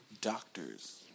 Doctors